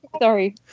sorry